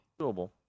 Doable